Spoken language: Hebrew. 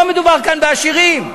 לא מדובר כאן בעשירים,